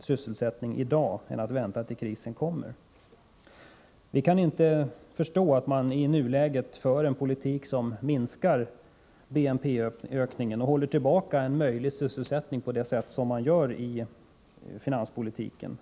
sysselsättning i dag, än att vänta tills krisen kommer. Vi kan inte förstå att man i nuläget för en politik som minskar BNP-ökningen och håller tillbaka en möjlig sysselsättning på det sätt som man gör i finanspolitiken.